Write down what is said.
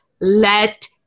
let